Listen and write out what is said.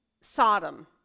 Sodom